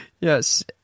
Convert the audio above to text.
Yes